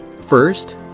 First